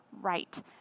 right